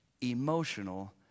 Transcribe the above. emotional